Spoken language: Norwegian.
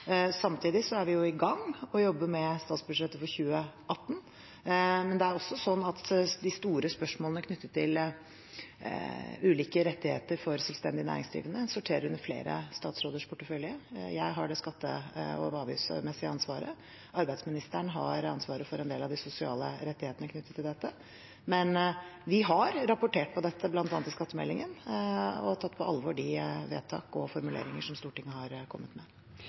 Samtidig er vi i gang med å jobbe med statsbudsjettet for 2018, men det er også sånn at de store spørsmålene knyttet til ulike rettigheter for selvstendig næringsdrivende sorterer under flere statsråders portefølje. Jeg har det skatte- og avgiftsmessige ansvaret. Arbeidsministeren har ansvaret for en del av de sosiale rettighetene knyttet til dette, men vi har rapportert på dette, bl.a. i skattemeldingen, og vi har tatt på alvor de vedtak og formuleringer som Stortinget har kommet med.